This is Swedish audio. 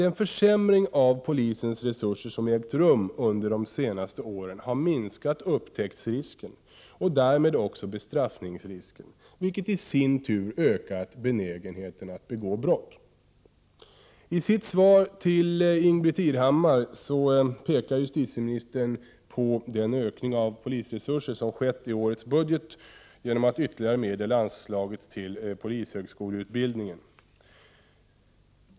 Den försämring av polisens resurser som har ägt rum under de senaste åren har minskat upptäcktsrisken och därmed också bestraffningsrisken, vilket i sin tur ökat benägenheten att begå brott. I sitt svar till Ingbritt Irhammar pekar justitieministern på den ökning av polisresurserna som har skett i årets budget genom att man anslagit ytterligare medel till polishögskoleutbildningen.